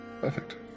Perfect